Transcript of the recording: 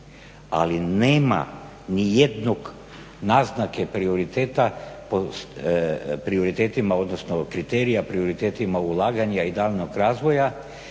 ali nema nijedne naznake prioritetima odnosno kriterija prioritetima ulaganja i razvoja